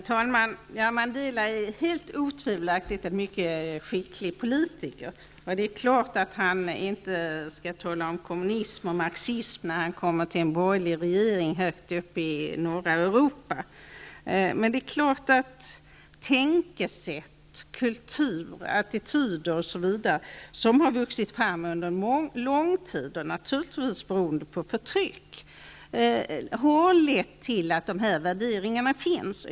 Herr talman! Mandela är helt otvivelaktigt en mycket skicklig politiker, och det är klart att han inte talar om kommunismen och marxismen när han kommer till en borgerlig regering högt uppe i norra Europa. Men tänkesätt, kultur, attityder osv. som har vuxit fram under lång tid -- och naturligtvis beroende på förtryck -- har lett till att de värderingarna finns.